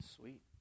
Sweet